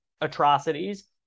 atrocities